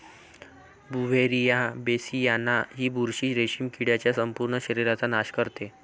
Beauveria bassiana ही बुरशी रेशीम किडीच्या संपूर्ण शरीराचा नाश करते